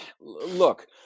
look